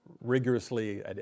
rigorously